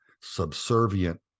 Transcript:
subservient